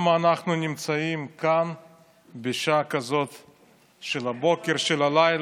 גם הפגיעות ביותר מבחינה רפואית כתוצאה משילוב של מחלות רקע,